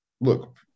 Look